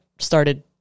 started